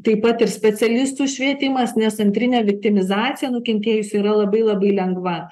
taip pat ir specialistų švietimas nes antrinę viktimizaciją nukentėjusių yra labai labai lengva